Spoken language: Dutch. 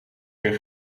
weer